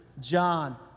John